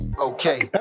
Okay